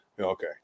Okay